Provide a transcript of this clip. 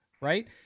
Right